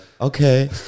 okay